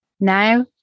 Now